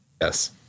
yes